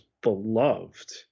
beloved